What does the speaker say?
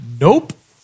Nope